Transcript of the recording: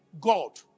God